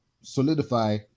solidify